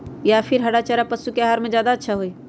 या फिर हरा चारा पशु के आहार में ज्यादा अच्छा होई?